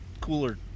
cooler